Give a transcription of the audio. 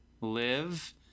Live